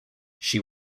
she